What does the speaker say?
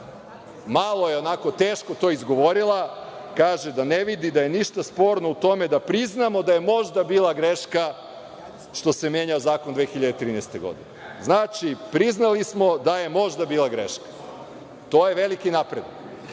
Malo je onako teško to izgovorila. Kaže da ne vidi da je ništa sporno u tome da priznamo da je možda bila greška što se menjao zakon 2013. godine. Znači, priznali smo da je možda bila greška. To je veliki napredak,